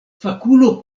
fakulo